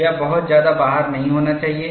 यह बहुत ज्यादा बाहर नहीं आना चाहिए